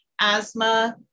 asthma